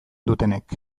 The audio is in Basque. dutenek